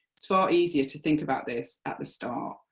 it's far easier to think about this at the start,